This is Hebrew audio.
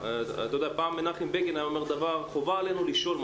פעם מנחם בגין אמר שחובה עלינו לשאול.